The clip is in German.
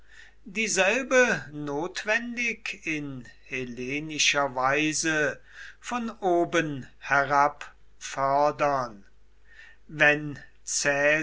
dieselbe notwendig in hellenischer weise von oben herab fördern wenn